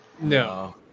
No